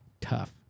tough